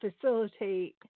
facilitate